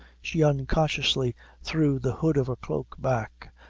she unconsciously threw the hood of her cloak back,